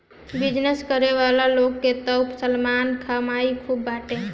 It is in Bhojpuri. बिजनेस करे वाला लोग के तअ सलाना कमाई खूब बाटे